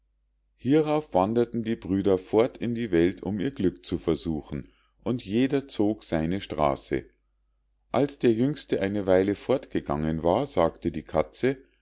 hierauf wanderten die brüder fort in die welt um ihr glück zu versuchen und jeder zog seine straße als der jüngste eine weile fortgegangen war sagte die katze